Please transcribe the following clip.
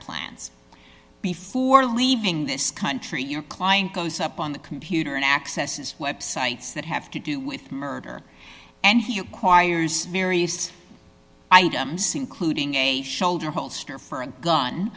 plans before leaving this country your client goes up on the computer and accesses websites that have to do with murder and he acquires various items including a shoulder holster for a gun